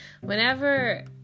whenever